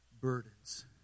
burdens